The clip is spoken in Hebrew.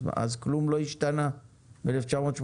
אז כלום לא השתנה מ-1987.